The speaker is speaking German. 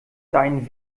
dein